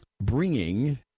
bringing